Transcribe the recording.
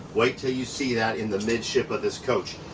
wait til you see that in the midship of this coach.